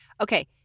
Okay